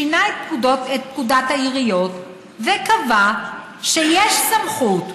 שינה את פקודת העיריות וקבע שיש סמכות,